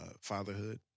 fatherhood